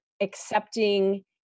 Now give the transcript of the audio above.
accepting